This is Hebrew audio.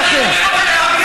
לצאת.